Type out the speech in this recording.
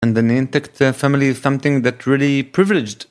והמשפחה של ניאנטקט הוא משהו שבאמת מיוחד